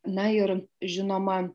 na ir žinoma